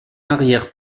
arrière